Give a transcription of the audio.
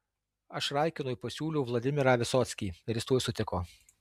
aš raikinui pasiūliau vladimirą visockį ir jis tuoj sutiko